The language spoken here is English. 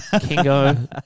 Kingo